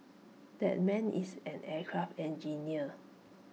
that man is an aircraft engineer